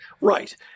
Right